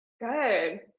Good